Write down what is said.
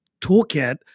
toolkit